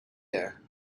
air